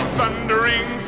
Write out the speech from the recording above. Thundering